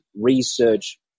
research